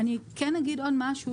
אני כן אגיד עוד משהו,